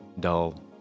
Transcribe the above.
dull